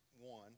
one